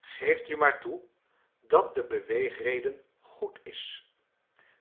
geeft u maar toe dat de beweegreden goed is